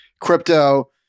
crypto